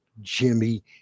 Jimmy